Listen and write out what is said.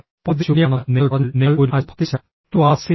പകുതി ശൂന്യമാണെന്ന് നിങ്ങൾ പറഞ്ഞാൽ നിങ്ങൾ ഒരു അശുഭാപ്തിവിശ ്വാസിയാണ്